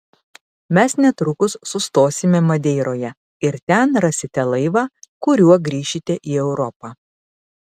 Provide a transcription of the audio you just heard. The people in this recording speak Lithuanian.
mes netrukus sustosime madeiroje ir ten rasite laivą kuriuo grįšite į europą